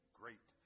great